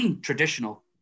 traditional